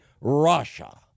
Russia